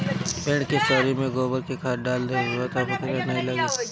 पेड़ के सोरी में गोबर के खाद डाल देबअ तअ कीरा नाइ लागी